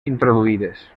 introduïdes